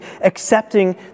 accepting